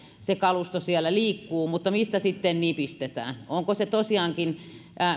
se kalusto siellä liikkuu mutta mistä sitten nipistetään tapahtuuko se tosiaankin